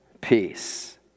peace